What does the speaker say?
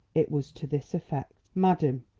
it was to this effect madam,